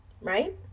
right